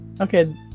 Okay